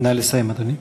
נא לסיים, אדוני.